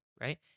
right